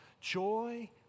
joy